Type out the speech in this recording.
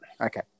Okay